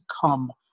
come